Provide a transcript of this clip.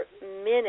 minutes